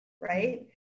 right